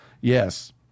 Yes